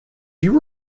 you